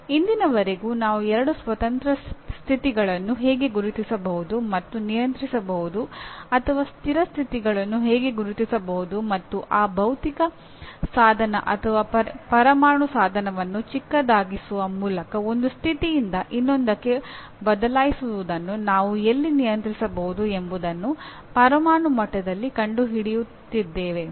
ಇಂದಿನವರೆಗೂ ನಾವು ಎರಡು ಸ್ವತಂತ್ರ ಸ್ಥಿತಿಗಳನ್ನು ಹೇಗೆ ಗುರುತಿಸಬಹುದು ಮತ್ತು ನಿಯಂತ್ರಿಸಬಹುದು ಅಥವಾ ಸ್ಥಿರ ಸ್ಥಿತಿಗಳನ್ನು ಹೇಗೆ ಗುರುತಿಸಬಹುದು ಮತ್ತು ಆ ಭೌತಿಕ ಸಾಧನ ಅಥವಾ ಪರಮಾಣು ಸಾಧನವನ್ನು ಚಿಕ್ಕದಾಗಿಸುವ ಮೂಲಕ ಒಂದು ಸ್ಥಿತಿಯಿಂದ ಇನ್ನೊಂದಕ್ಕೆ ಬದಲಾಯಿಸುವುದನ್ನು ನಾವು ಎಲ್ಲಿ ನಿಯಂತ್ರಿಸಬಹುದು ಎಂಬುದನ್ನು ಪರಮಾಣು ಮಟ್ಟದಲ್ಲಿ ಕಂಡುಹಿಡಿಯುತ್ತಿದ್ದೇವೆ